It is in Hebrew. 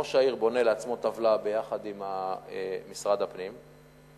ראש העיר בונה לעצמו טבלה ביחד עם משרד הפנים ומקבלים,